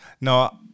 No